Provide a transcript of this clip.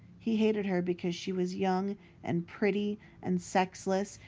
he hated her because she was young and pretty and sexless,